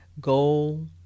goal